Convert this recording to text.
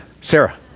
Sarah